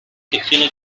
secciones